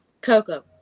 Coco